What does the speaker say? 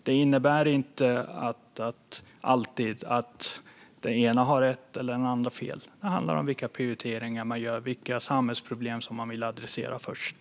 Detta innebär inte alltid att den ena har rätt och den andra fel, utan det handlar om vilka prioriteringar man gör och vilka samhällsproblem man vill adressera först.